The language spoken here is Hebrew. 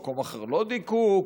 במקום אחר לא דייקו,